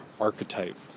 archetype